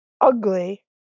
ugly